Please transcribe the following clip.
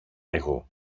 εγώ